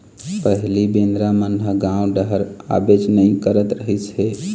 पहिली बेंदरा मन ह गाँव डहर आबेच नइ करत रहिस हे